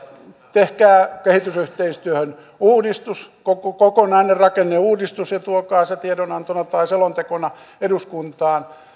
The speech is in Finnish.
tehkää kehitysyhteistyöhön uudistus kokonainen rakenneuudistus ja tuokaa se tiedonantona tai selontekona eduskuntaan